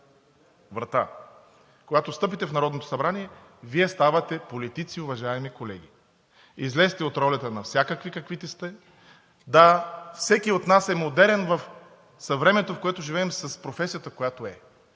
врата, когато стъпите в Народното събрание, Вие ставате политици, уважаеми колеги. Излезте от ролята на всякакви, каквито сте. Да, всеки от нас е модерен – за времето, в което живеем, с професията, която е.